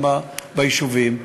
גם ביישובים,